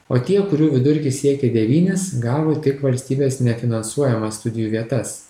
o tie kurių vidurkis siekė devynis gavo tik valstybės nefinansuojamas studijų vietas